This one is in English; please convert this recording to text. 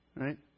Right